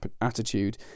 attitude